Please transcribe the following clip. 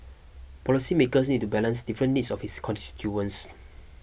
policymakers need to balance different needs of its constituents